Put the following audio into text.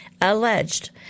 alleged